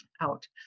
out